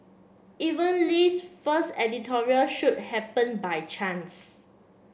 even Lee's first editorial shoot happen by chance